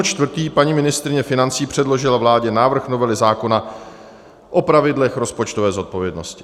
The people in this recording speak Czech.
4. paní ministryně financí předložila vládě návrh novely zákona o pravidlech rozpočtové zodpovědnosti.